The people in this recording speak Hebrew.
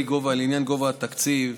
לעניין גובה התקציב: